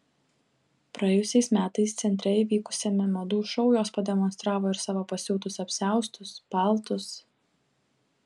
praėjusiais metais centre įvykusiame madų šou jos pademonstravo ir savo pasiūtus apsiaustus paltus